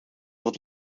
wat